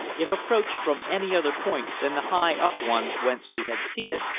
if approached from any other point than the high-up one whence we had seen it,